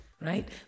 Right